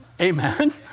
Amen